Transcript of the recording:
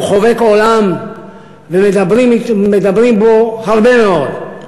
שהוא חובק עולם ומדברים בו הרבה מאוד.